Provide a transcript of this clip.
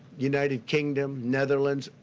united kingdom, netherlands,